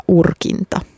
urkinta